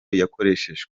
yakoresheje